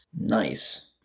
nice